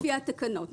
לפי התקנות.